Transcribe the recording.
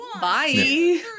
Bye